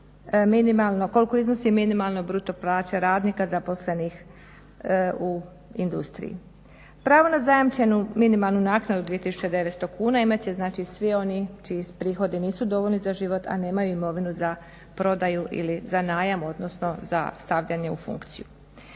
koliko iznosi minimalno bruto plaća radnika zaposlenih u industriji. Pravo na zajamčenu minimalnu naknadu od 2900 kuna imat će znači svi oni čiji prihodi nisu dovoljni za život a nemaju imovinu za prodaju ili za najam odnosno za stavljanje u funkciju.